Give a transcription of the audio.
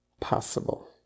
possible